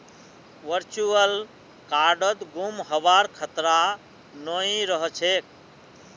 virtual कार्डत गुम हबार खतरा नइ रह छेक